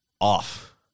off